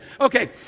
Okay